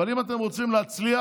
אבל אם אתם רוצים להצליח,